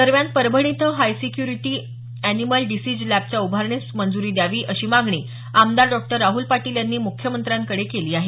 दरम्यान परभणी इथं high security animal disease लॅबच्या उभारणीस मंजुरी द्यावी अशी मागणी आमदार डॉ राहुल पाटील यांनी मुख्यमंत्र्यांकडे केली आहे